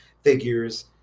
figures